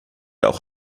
auch